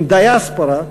עם Diaspora,